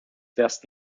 best